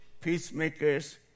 peacemakers